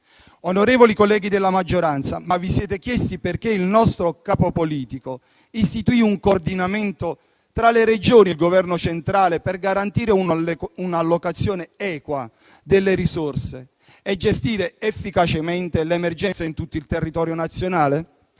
Onorevoli colleghi della maggioranza, vi siete chiesti perché il nostro capo politico istituì un coordinamento tra le Regioni e il Governo centrale per garantire un'allocazione equa delle risorse e gestire efficacemente l'emergenza in tutto il territorio nazionale?